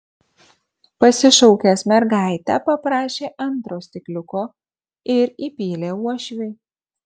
pasišaukęs mergaitę paprašė antro stikliuko ir įpylė uošviui